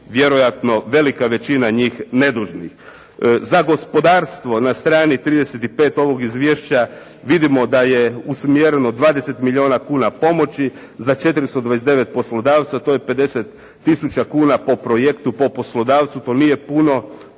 vjerojatno velika većina njih nedužnih. Za gospodarstvo na strani 35 ovog izvješća vidimo da je usmjereno 20 milijuna kuna pomoći za 429 poslodavca, to je 50 tisuća kuna po projektu, po poslodavcu, to nije puno,